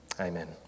Amen